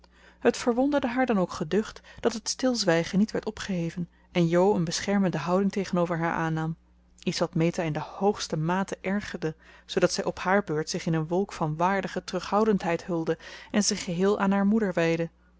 het verwonderde haar dan ook geducht dat het stilzwijgen niet werd opgeheven en jo een beschermende houding tegenover haar aannam iets wat meta in de hoogste mate ergerde zoodat zij op haar beurt zich in een wolk van waardige terughoudendheid hulde en zich geheel aan haar moeder wijdde